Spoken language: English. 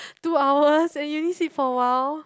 two hours and you only sit for awhile